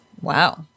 Wow